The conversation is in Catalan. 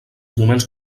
moments